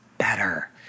better